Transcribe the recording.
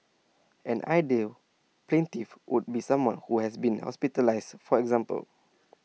an ideal plaintiff would be someone who has been hospitalised for example